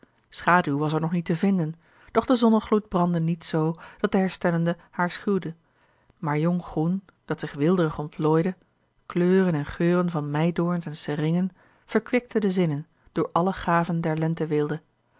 schaduw was er nog niet te vinden doch de zonnegloed brandde niet z dat de herstellende haar schuwde maar jong groen dat zich weelderig ontplooide kleuren en geuren van meidoorns en seringen verkwikten de zinnen door alle gaven der